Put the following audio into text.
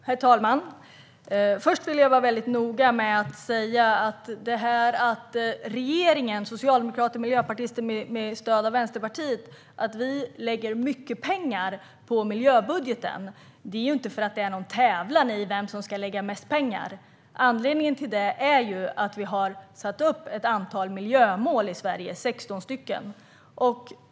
Herr talman! Först vill jag vara noga med att säga att regeringen - socialdemokrater och miljöpartister med stöd av Vänsterpartiet - inte lägger mycket pengar på miljöbudgeten därför att det är en tävlan i vem som lägger mest pengar, utan anledningen är att vi har satt upp ett antal miljömål i Sverige - 16 stycken.